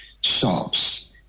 shops